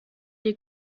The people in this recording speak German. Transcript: die